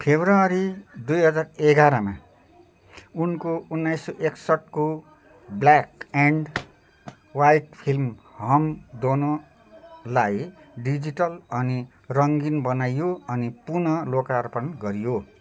February दुई हजार एघारमा उनको उन्नाइस सय एकसट्ठीको black and white film Hum दोनोलाई डिजिटल अनि रङ्गीन बनाइयो अनि पुन लोकार्पण गरियो